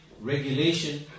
regulation